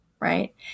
right